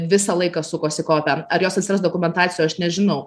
visą laiką sukosi kope ar ar jos atsiras dokumentacijoj aš nežinau